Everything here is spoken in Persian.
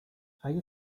اگه